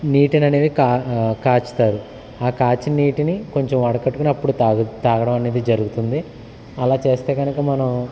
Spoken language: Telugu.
నీటిని అనేవి కా కాచుతారు ఆ కాచిన నీటిని కొంచెం వడకట్టుకుని అప్పుడు తాగు తాగడమనేది జరుగుతుంది అలా చేస్తే కనుక మనం